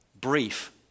brief